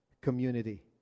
community